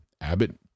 Abbott